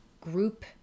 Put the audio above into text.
group